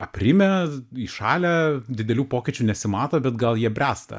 aprimę įšalę didelių pokyčių nesimato bet gal jie bręsta